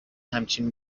همچین